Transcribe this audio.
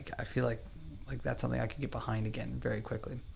i feel like like that's something i can get behind again very quickly.